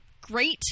Great